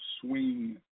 Swing